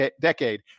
decade